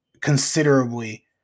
considerably